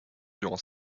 durant